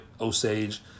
Osage